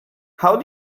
how